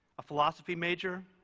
a philosophy major,